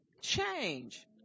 change